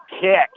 kick